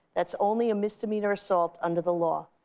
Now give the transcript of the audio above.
that's only a misdemeanor assault under the law.